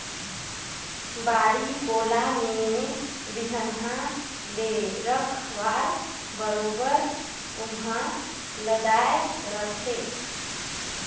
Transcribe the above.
बाड़ी कोला में बिहन्हा ले रखवार बरोबर उहां लदाय रहथे